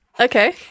Okay